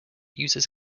users